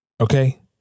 okay